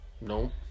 no